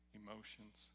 emotions